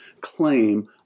claim